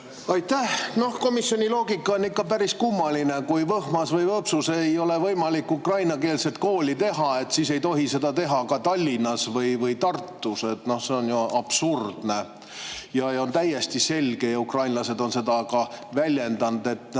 Aitäh! Komisjoni loogika on ikka päris kummaline: kui Võhmas või Võõpsus ei ole võimalik ukrainakeelset kooli teha, siis ei tohi seda teha ka Tallinnas või Tartus. See on ju absurdne. On täiesti selge ja ukrainlased on seda ka väljendanud, et nad